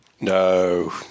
No